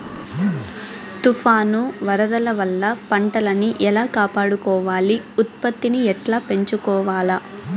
తుఫాను, వరదల వల్ల పంటలని ఎలా కాపాడుకోవాలి, ఉత్పత్తిని ఎట్లా పెంచుకోవాల?